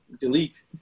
delete